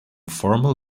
formal